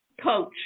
coach